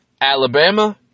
Alabama